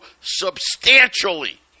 substantially